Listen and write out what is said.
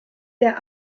der